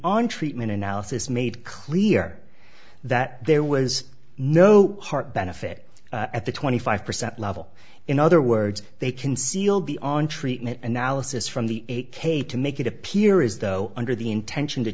on treatment analysis made clear that there was no heart benefit at the twenty five percent level in other words they concealed the on treatment and malice is from the eight k to make it appear as though under the intention to